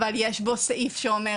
אבל יש בו סעיף שאומר